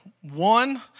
one